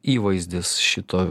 įvaizdis šito